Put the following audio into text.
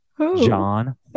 John